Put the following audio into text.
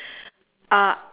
uh